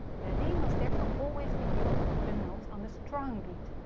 the ri must therefore always be used for the notes on the strong beat,